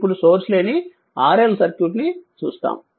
ఇప్పుడు సోర్స్ లేని RL circuit ని చూస్తాము